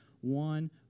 one